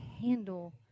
handle